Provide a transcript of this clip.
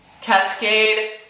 Cascade